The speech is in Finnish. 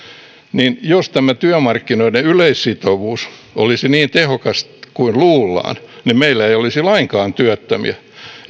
niin jos tämä työmarkkinoiden yleissitovuus olisi niin tehokas kuin luullaan niin meillä ei olisi lainkaan työttömiä